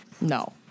No